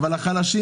אבל החלשים